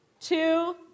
two